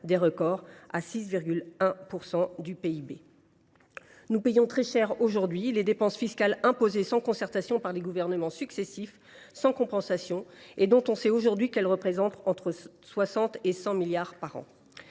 record à 6,1 % du PIB. Nous payons très cher aujourd’hui les dépenses fiscales imposées sans concertation par les gouvernements successifs, sans compensation, et dont l’on sait aujourd’hui qu’elles représentent entre 60 milliards et 100